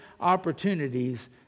opportunities